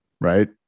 Right